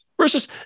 versus